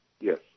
yes